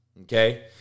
Okay